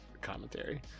commentary